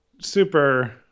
super